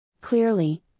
Clearly